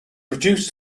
reduced